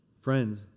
Friends